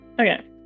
Okay